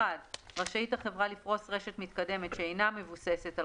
(1)רשאית החברה לפרוס רשת מתקדמת שאינה מבוססת על